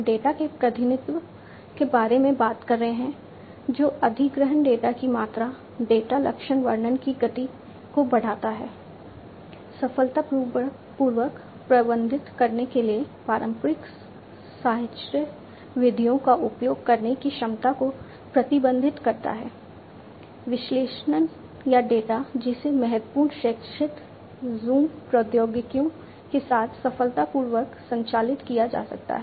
हम डेटा के प्रतिनिधित्व के बारे में बात कर रहे हैं जो अधिग्रहण डेटा की मात्रा डेटा लक्षण वर्णन की गति को बढ़ाता है सफलतापूर्वक प्रबंधित करने के लिए पारंपरिक साहचर्य विधियों का उपयोग करने की क्षमता को प्रतिबंधित करता है विश्लेषण या डेटा जिसे महत्वपूर्ण क्षैतिज ज़ूम प्रौद्योगिकियों के साथ सफलतापूर्वक संचालित किया जा सकता है